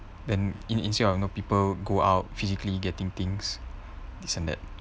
then in instead of you know people go out physically getting things this and that